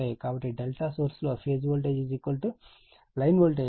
కాబట్టి ∆ సోర్స్ లో phase voltage line voltage